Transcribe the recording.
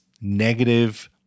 negative